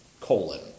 colon